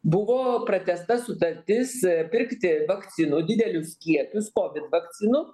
buvo pratęsta sutartis pirkti vakcinų didelius kiekius kovid vakcinų